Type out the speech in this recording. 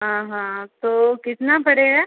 हाँ हाँ तो कितना पड़ेगा